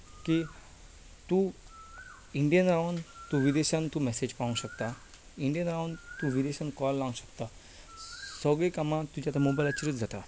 की तूं इंडियेंत रावन तूं विदेशांत तूं मॅसेज पावोवंक सकता इंडियेंत रावन तूं विदेशांत कॉल लावंक शकता सगळीं कामां तुजीं आतां मोबायलाचेरच जातात